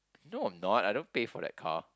no I'm not I don't pay for that car